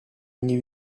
new